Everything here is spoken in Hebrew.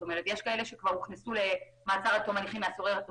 יש כאלה שכבר הוכנסו למעצר עד תום הליכים מאחורי